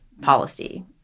policy